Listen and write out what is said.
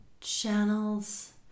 channels